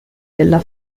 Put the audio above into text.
della